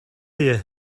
you